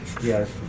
Yes